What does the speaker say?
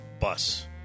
bus